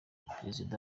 perezida